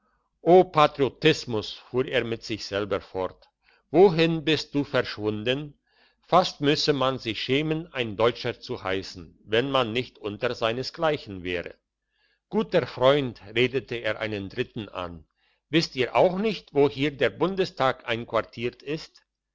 o patriotismus fuhr er mit sich selber fort wohin bist du verschwunden fast müsse man sich schämen ein deutscher zu heissen wenn man nicht unter seinesgleichen wäre guter freund redete er einen dritten an wisst auch ihr nicht wo hier der bundestag einquartiert ist